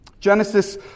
Genesis